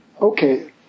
okay